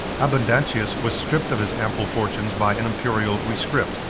abundantius was stripped of his ample fortunes by an imperial rescript,